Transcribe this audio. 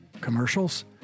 commercials